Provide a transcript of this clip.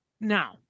Now